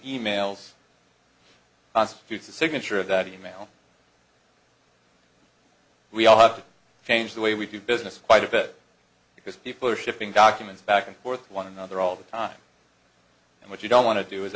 emails constitutes a signature of that e mail we all have to change the way we do business quite a bit because people are shipping documents back and forth one another all the time and what you don't want to do